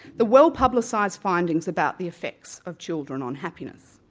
the well-publicised findings about the effects of children on happiness.